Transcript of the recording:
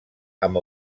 amb